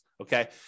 okay